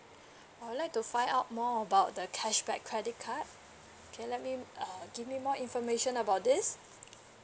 I would like to find out more about the cashback credit card can you let me uh give me more information about this